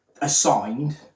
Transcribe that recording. assigned